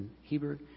Hebrew